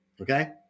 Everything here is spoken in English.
Okay